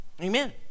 Amen